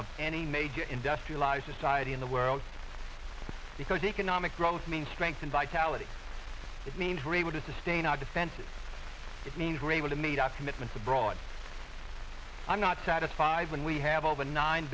of any major industrialized society in the world it's because economic growth means strength and vitality it means we're able to sustain our defenses it means we're able to meet our commitments abroad it's i'm not satisfied when we have over nine